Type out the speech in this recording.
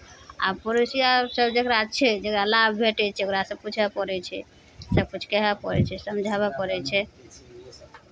आ पड़ोसियासभ जकरा छै जकरा लाभ भेटै छै ओकरासँ पूछय पड़ै छै सभ किछु कहय पड़ै छै समझाबय पड़ै छै